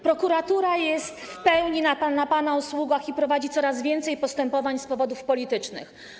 Prokuratura jest w pełni na pana usługach i prowadzi coraz więcej postępowań z powodów politycznych.